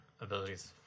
abilities